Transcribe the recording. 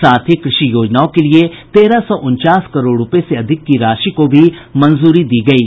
साथ ही कृषि योजनाओं के लिये तेरह सौ उनचास करोड़ रूपये से अधिक की राशि को भी मंजूरी दी गयी है